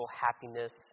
happiness